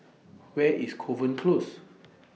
Where IS Kovan Close